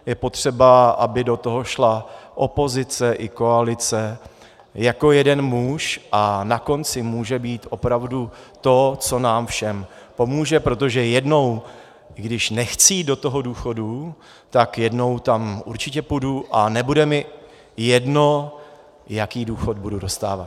Je potřeba, aby do toho šla opozice i koalice jako jeden muž, a na konci může být opravdu to, co nám všem pomůže, protože jednou, i když nechci jít do toho důchodu, tak jednou tam určitě půjdu a nebude mi jedno, jaký důchod budu dostávat.